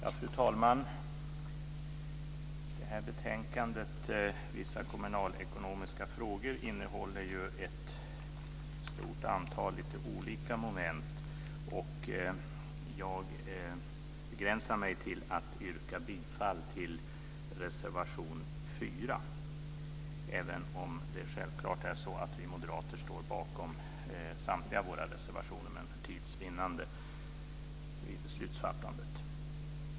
Fru talman! Det här betänkandet, Vissa kommunalekonomiska frågor, innehåller ett stort antal olika moment. Jag begränsar mig för tids vinnande till att yrka bifall till reservation 4, även om vi moderater självklart står bakom samtliga våra reservationer.